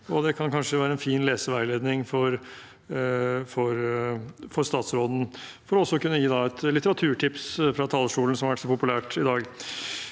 kanskje være en fin leseveiledning for statsråden – for også selv å gi et litteraturtips fra talerstolen, som har vært så populært i dag.